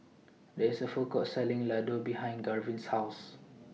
There IS A Food Court Selling Ladoo behind Garvin's House